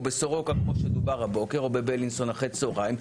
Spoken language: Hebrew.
בסורוקה כמו שדובר הבוקר או בבילינסון אחרי הצהריים,